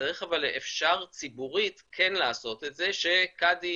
אפשר ציבורית לעשות את זה, שקאדי